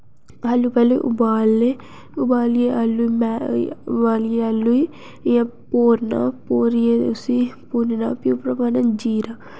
आलू पैह्ले उबालने उबालियै आलू में उबालियै आलू ई इयां भोरना भोरियै उसी भुन्नना फ्ही उप्परा पाना जीरा